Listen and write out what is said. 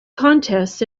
contests